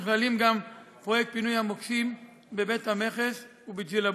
נכללים גם פרויקט פינוי המוקשים בבית-המכס ובג'ילבון.